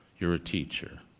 you're a teacher,